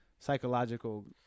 Psychological